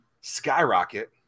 skyrocket